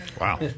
Wow